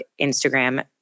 Instagram